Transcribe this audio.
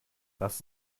lass